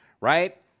right